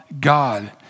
God